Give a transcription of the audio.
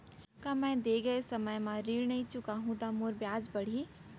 का मैं दे गए समय म ऋण नई चुकाहूँ त मोर ब्याज बाड़ही?